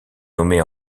nommée